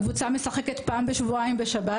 הקבוצה משחקת פעם בשבועיים בשבת,